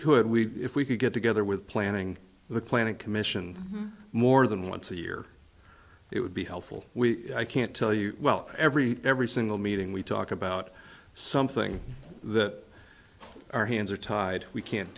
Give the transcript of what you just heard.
could we if we could get together with planning the clinic commission more than once a year it would be helpful i can't tell you well every every single meeting we talk about something that our hands are tied we can't